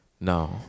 No